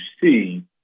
see